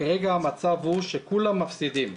כרגע המצב הוא שכולם מפסידים.